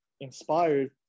inspired